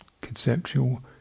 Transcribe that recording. conceptual